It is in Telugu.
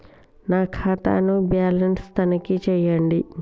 నా ఖాతా ను బ్యాలన్స్ తనిఖీ చేయండి?